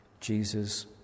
Jesus